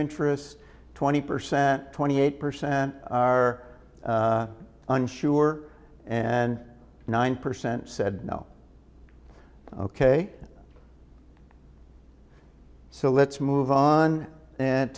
interests twenty percent twenty eight percent are unsure and nine percent said no ok so let's move on